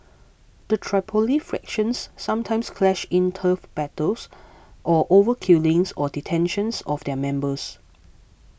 the Tripoli factions sometimes clash in turf battles or over killings or detentions of their members